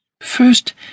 First